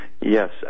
Yes